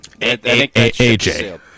AJ